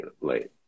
late